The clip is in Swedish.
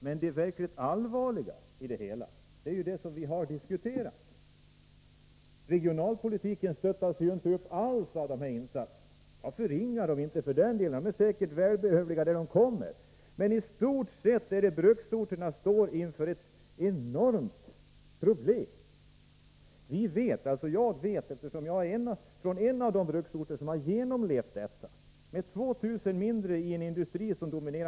Men det verkligt allvarliga i sammanhanget är att regionalpolitiken inte alls stöttats upp genom dessa insatser. Jag förringar inte insatserna — de är säkert välbehövliga på de orter som får del av dem — men bruksorterna som helhet står inför enormt stora regionalpolitiska problem. Jag är själv från en av de bruksorter som har drabbats, och jag vet vilka oerhörda problem som skapas när dett.ex.